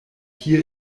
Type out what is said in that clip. hier